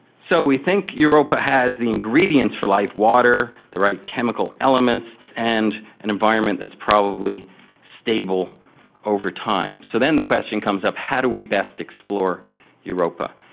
so we think europa has the ingredients for life water, the right chemical elements, and an environment that's probably stable over time. so then the question comes up, how do we best explore europa.